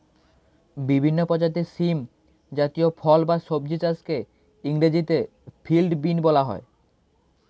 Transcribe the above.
বিভিন্ন প্রজাতির শিম জাতীয় ফল বা সবজি চাষকে ইংরেজিতে ফিল্ড বিন বলা হয়